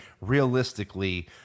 realistically